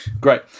Great